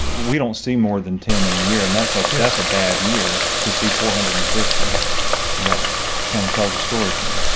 we don't see more than ten in a year and that's, ah that's a bad year to see four hundred and fifty that kind of tells a story to me.